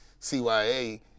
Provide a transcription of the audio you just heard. CYA